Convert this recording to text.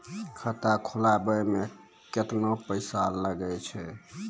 खाता खोलबाबय मे केतना पैसा लगे छै?